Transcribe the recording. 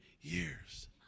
years